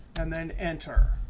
and then enter.